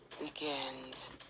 begins